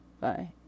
Bye